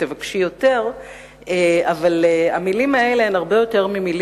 אלא שהמלים האלה הן הרבה יותר מסתם מלים